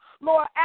Lord